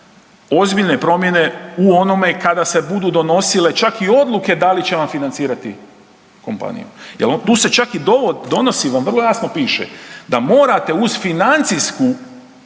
ozbiljne promjene u onome kada se budu donosile čak i odluke da li će on financirati kompaniju jer tu se čak i donosi vam, vrlo jasno piše da morate uz financijsku,